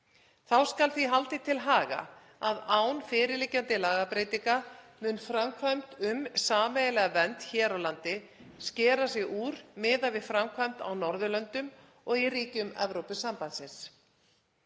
Þá skal því haldið til haga að án fyrirliggjandi lagabreytinga mun framkvæmd um sameiginlega vernd hér á landi skera sig úr miðað við framkvæmd á Norðurlöndum og í ríkjum Evrópusambandsins.